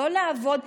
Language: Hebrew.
לא לעבוד,